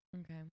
Okay